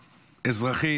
אזרחים,